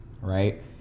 right